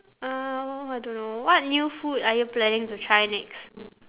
uh I don't know what new food are you planning to try next